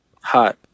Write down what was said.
hot